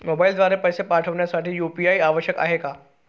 मोबाईलद्वारे पैसे पाठवण्यासाठी यू.पी.आय आवश्यक आहे का?